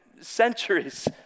centuries